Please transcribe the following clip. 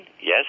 yes